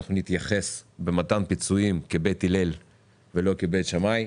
שאנחנו נתייחס במתן פיצויים כבית הלל ולא כבית שמאי,